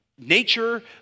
Nature